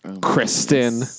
Kristen